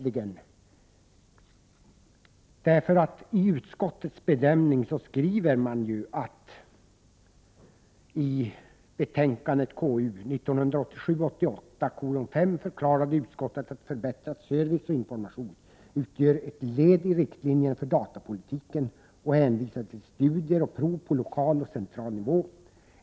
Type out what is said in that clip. I konstitutionsutskottets bedömning skriver man: ”I betänkandet KU 1987/88:5 förklarade utskottet att förbättrad service och information utgör ett led i riktlinjerna för datapolitiken och hänvisade till studier och prov på lokal och central nivå.